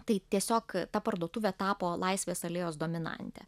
tai tiesiog ta parduotuvė tapo laisvės alėjos dominante